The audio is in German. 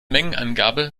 mengenangabe